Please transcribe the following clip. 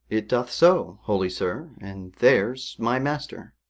it doth so, holy sir and there's my master,